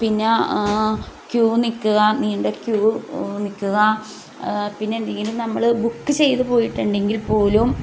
പിന്നെ ക്യൂ നിൽക്കുക നീണ്ട ക്യൂ നിൽക്കുക പിന്നെ എന്തെങ്കിലും നമ്മൾ ബുക്ക് ചെയ്ത് പോയിട്ടുണ്ടെങ്കിൽപ്പോലും